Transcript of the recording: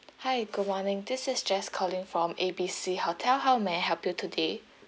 hi good morning this is jess calling from A B C hotel how may I help you today